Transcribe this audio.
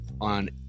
on